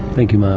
thank you, marc.